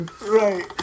right